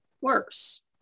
worse